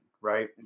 right